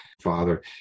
father